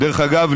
דרך אגב,